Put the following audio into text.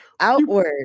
outward